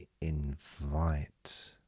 invite